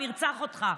אני ארצח אותך.